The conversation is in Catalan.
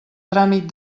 tràmit